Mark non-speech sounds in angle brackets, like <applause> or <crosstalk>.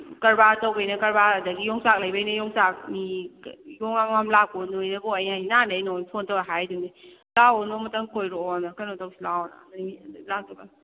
ꯀꯔꯕꯥꯔ ꯇꯧꯕꯩꯅ ꯀꯔꯕꯥꯔ ꯑꯗꯒꯤ ꯌꯣꯡꯆꯥꯛ ꯂꯩꯕꯩꯅ ꯌꯣꯡꯆꯥꯛ ꯃꯤ <unintelligible> ꯅꯣꯏꯅꯀꯣ ꯑꯩꯅꯗꯤ ꯅꯍꯥꯟꯗꯩ ꯑꯩ ꯅꯉꯣꯟꯗ ꯐꯣꯟ ꯇꯧꯔ ꯍꯥꯏꯔꯤꯗꯨꯅꯤ ꯂꯥꯛꯑꯣ ꯅꯣꯡꯃꯇꯪ ꯀꯣꯏꯔꯛꯑꯣꯅ ꯀꯩꯅꯣ ꯇꯧꯁꯤ ꯂꯥꯛꯑꯣꯅ ꯅꯍꯥꯟꯗꯒꯤ ꯑꯗꯣ ꯂꯥꯛꯇꯕ